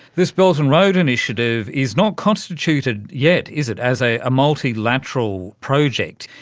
this belt and road initiative is not constituted yet, is it, as a multilateral project,